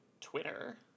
twitter